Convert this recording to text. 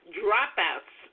dropouts